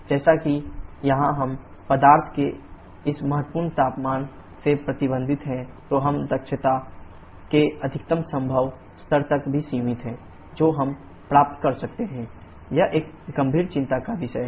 जैसा कि यहां हम पदार्थ के इस महत्वपूर्ण तापमान से प्रतिबंधित हैं तो हम दक्षता के अधिकतम संभव स्तर तक भी सीमित हैं जो हम प्राप्त कर सकते हैं यह एक गंभीर चिंता का विषय है